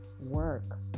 work